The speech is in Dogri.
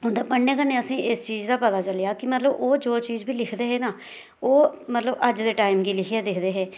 उंदा पढ़ने कन्नै असेंगी इस चीज दा पता चलेआ कि मतलब ओह् जो चीज लिखदे हे ना ओह् मतलब अज्ज दे टाइम गी दिक्खियै लिखदे हे